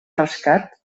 rescat